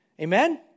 Amen